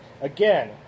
Again